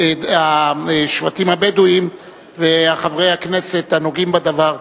השבטים הבדואיים וחברי הכנסת הנוגעים בדבר.